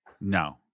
No